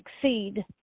succeed